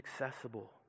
accessible